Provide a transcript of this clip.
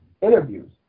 interviews